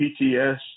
PTS